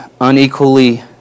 unequally